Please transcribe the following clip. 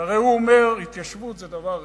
שהרי הוא אומר, התיישבות זה דבר אחד,